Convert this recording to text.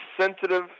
sensitive